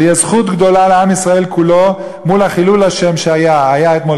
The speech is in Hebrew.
זה יהיה זכות גדולה לעם ישראל כולו מול חילול השם שהיה אתמול